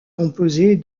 composée